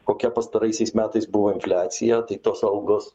kokia pastaraisiais metais buvo infliacija tai tos algos